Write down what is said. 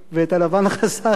ואת הלבן חסכנו.